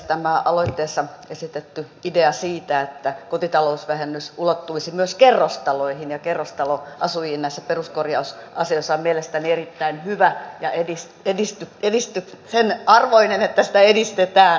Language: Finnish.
tämä aloitteessa esitetty idea siitä että kotitalousvähennys ulottuisi myös kerrostaloihin ja kerrostaloasujiin näissä peruskorjausasioissa on mielestäni erittäin hyvä ja sen arvoinen että sitä edistetään puhemies